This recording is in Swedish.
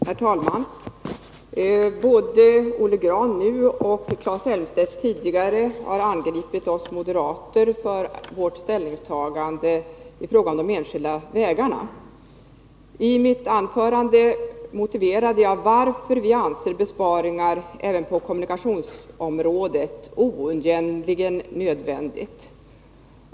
Herr talman! Både Olle Grahn nu och Claes Elmstedt tidigare har angripit oss moderater för vårt ställningstagande i fråga om de enskilda vägarna. I mitt anförande motiverade jag varför vi anser besparingar även på kommunikationsområdet oundgängligen nödvändiga.